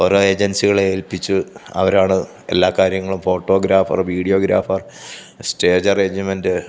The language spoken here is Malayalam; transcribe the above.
കുറെ ഏജൻസികളെ ഏൽപ്പിച്ച് അവരാണ് എല്ലാ കാര്യങ്ങളും ഫോട്ടോഗ്രാഫർ വീഡിയോഗ്രാഫർ സ്റ്റേജ് അറേഞ്ച്മെൻറ്റ്